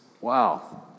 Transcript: Wow